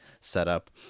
setup